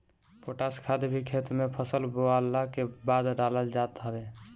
potash खाद भी खेत में फसल बोअला के बाद डालल जात हवे